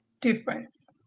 difference